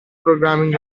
programming